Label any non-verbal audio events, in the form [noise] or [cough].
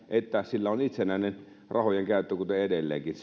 että sillä on itsenäinen rahojen käyttö edelleenkin [unintelligible]